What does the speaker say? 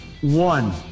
one